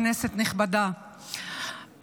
כנסת נכבדה,